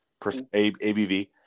ABV